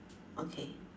okay